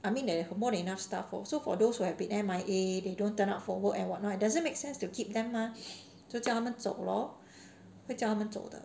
I mean there are more than enough staff lor so for those who have been M_I_A they don't turn up for work and what not it doesn't make sense to keep them mah 就叫他们走 lor 会叫他们走的